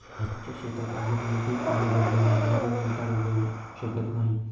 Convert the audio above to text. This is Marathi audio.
आमच्या शेतात अजूनही खूप पाणी भरले आहे, म्हणून मटार उगवू शकत नाही